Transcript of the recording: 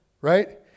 right